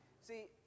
See